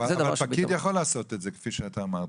אבל הפקיד יכול לעשות את זה, כפי שאתה אמרת.